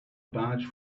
badge